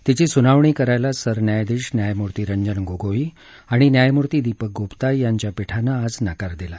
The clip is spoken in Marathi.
तिची सुनावणी करायला सरन्यायाधीश न्यायमूर्ती रंजन गोगोई आणि न्यायमूर्ती दीपक गुप्ता यांच्या पीठानं आज नकार दिला